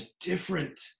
different